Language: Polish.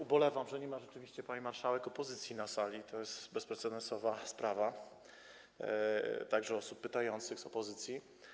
Ubolewam, że rzeczywiście nie ma, pani marszałek, opozycji na sali - to jest bezprecedensowa sprawa - także osób pytających z opozycji.